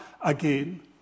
again